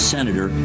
Senator